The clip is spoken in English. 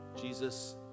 Jesus